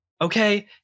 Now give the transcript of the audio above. Okay